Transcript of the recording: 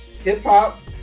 hip-hop